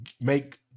make